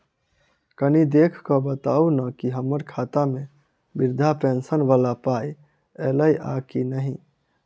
कनि देख कऽ बताऊ न की हम्मर खाता मे वृद्धा पेंशन वला पाई ऐलई आ की नहि?